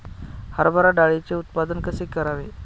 हरभरा डाळीचे उत्पादन कसे करावे?